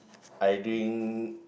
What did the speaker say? I drink